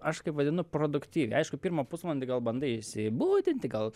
aš kaip vadinu produktyviai aišku pirmą pusvalandį gal bandai išsibudinti gal